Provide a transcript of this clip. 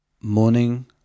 morning